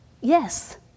Yes